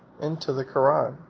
into the koran.